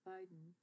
Biden